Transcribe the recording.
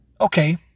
Okay